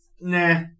nah